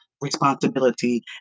responsibility